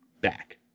back